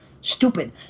Stupid